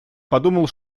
подумал